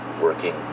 working